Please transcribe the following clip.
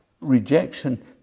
Rejection